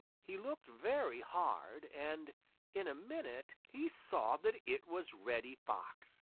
he looked very hard, and in a minute he saw that it was reddy fox.